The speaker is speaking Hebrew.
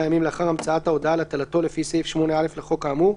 אי אפשר להתעלם מזה, אי אפשר להיות אדיש.